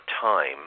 time